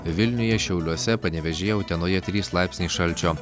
vilniuje šiauliuose panevėžyje utenoje trys laipsniai šalčio